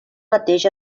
mateix